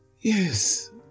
Yes